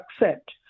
accept